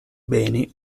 beni